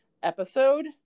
episode